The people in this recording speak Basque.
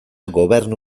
gobernu